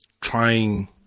trying